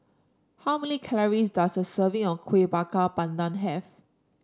how many calories does a serving of Kueh Bakar Pandan have